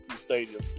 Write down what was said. stadium